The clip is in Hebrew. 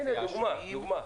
הנה, דוגמה: